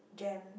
Gem